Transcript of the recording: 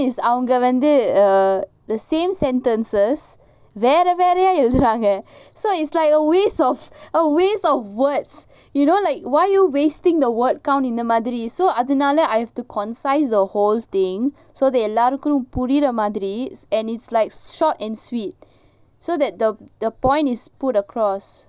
அவங்கவந்து:avanga vandhu err the same sentences வேறவேறயாஎழுதுறாங்க:vera veraya eluthuranga so it's like a waste of a waste of words you know like why are you wasting the word count இந்தமாதிரி:indha madhiri so அதுனால:adhunala I have to concise the whole thing so எல்லோருக்கும்புரியறமாதிரி:ellorukum puriura madhiri and it's like short and sweet so that the the point is put across